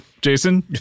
Jason